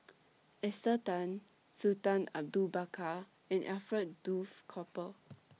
Esther Tan Sultan Abu Bakar and Alfred Duff Cooper